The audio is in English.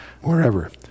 wherever